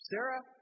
Sarah